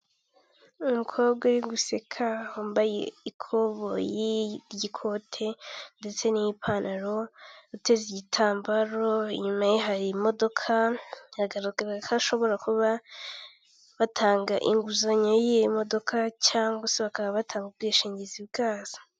Umuhanda ukoze neza hagati harimo umurongo w'umweru wihese, umuntu uri ku kinyabiziga cy'ikinyamitende n'undi uhagaze mu kayira k'abanyamaguru mu mpande zawo hari amazu ahakikije n'ibyuma birebire biriho insinga z'amashanyarazi nyinshi.